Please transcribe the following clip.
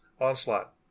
onslaught